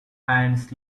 ants